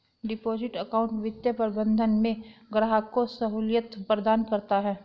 deposit account वित्तीय प्रबंधन में ग्राहक को सहूलियत प्रदान करता है